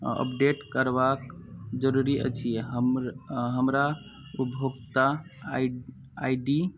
update करबाके जरूरी अछि हमर हमरा उपभोक्ता आइ आइ डी